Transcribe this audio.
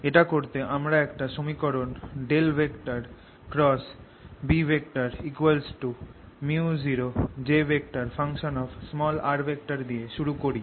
এটা করতে আমরা একটা সমীকরণ B µ0J দিয়ে শুরু করি